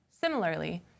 Similarly